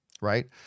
right